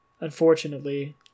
unfortunately